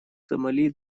сомали